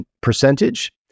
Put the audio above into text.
percentage